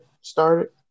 started